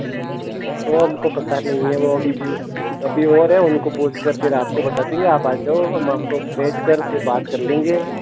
वह हमको पता नहीं है वह अभी अभी और हैं उनको पूछ कर फिर आपको बता देंगे आप आ जाओ हम आपको बैठकर फिर बात कर लेंगे